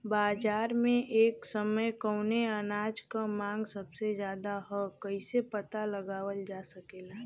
बाजार में एक समय कवने अनाज क मांग सबसे ज्यादा ह कइसे पता लगावल जा सकेला?